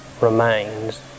remains